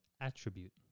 attribute